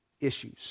issues